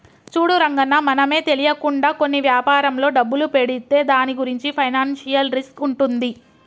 చూడు రంగన్న మనమే తెలియకుండా కొన్ని వ్యాపారంలో డబ్బులు పెడితే దాని గురించి ఫైనాన్షియల్ రిస్క్ ఉంటుంది